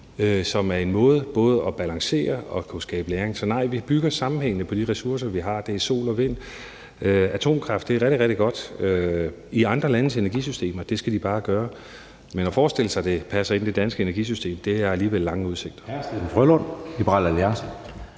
som er en måde både at balancere og kunne skabe læring. Så nej, vi bygger sammenhængende på de ressourcer, vi har, og det er sol og vind. Atomkraft er rigtig, rigtig godt i andre landes energisystemer, det skal de bare gøre, men at det kommer til at passe ind i det danske energisystem, har alligevel lange udsigter.